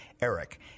Eric